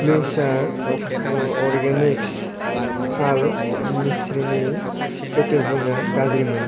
फ्युसार Organics थाल मिस्रिनि पेकेजिंआ गाज्रिमोन